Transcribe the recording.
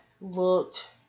looked